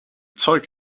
zeug